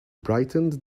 brightened